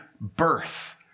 birth